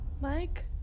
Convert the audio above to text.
Mike